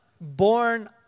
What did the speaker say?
born